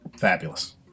Fabulous